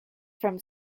from